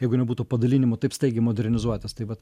jeigu nebūtų padalinimų taip staigiai modernizuotis tai vat